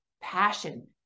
passion